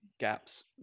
gaps